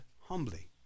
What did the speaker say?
humbly